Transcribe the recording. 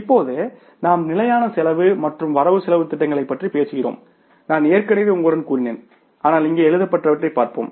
இப்போது நம் நிலையான செலவு மற்றும் வரவு செலவுத் திட்டங்களைப் பற்றி பேசுகிறோம் நான் ஏற்கனவே உங்களுடன் கூறினேன் ஆனால் இங்கே எழுதப்பட்டவற்றைப் பார்ப்போம்